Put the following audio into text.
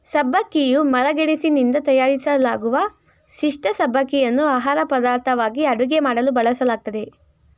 ಸಬ್ಬಕ್ಕಿಯು ಮರಗೆಣಸಿನಿಂದ ತಯಾರಿಸಲಾಗುವ ಪಿಷ್ಠ ಸಬ್ಬಕ್ಕಿಯನ್ನು ಆಹಾರಪದಾರ್ಥವಾಗಿ ಅಡುಗೆ ಮಾಡಲು ಬಳಸಲಾಗ್ತದೆ